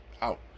out